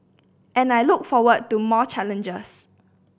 and I look forward to more challenges